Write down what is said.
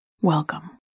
Welcome